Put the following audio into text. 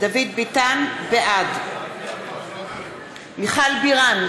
ביטן, בעד מיכל בירן,